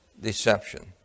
Deception